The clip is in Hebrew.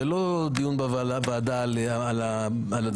זה לא דיון בוועדה על הדבש.